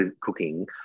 cooking